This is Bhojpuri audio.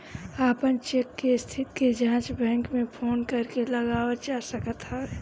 अपन चेक के स्थिति के जाँच बैंक में फोन करके लगावल जा सकत हवे